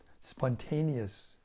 spontaneous